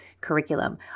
curriculum